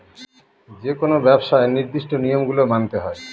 যেকোনো ব্যবসায় নির্দিষ্ট নিয়ম গুলো মানতে হয়